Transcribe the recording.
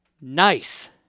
Nice